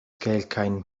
kelkajn